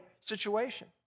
situation